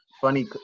Funny